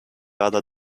other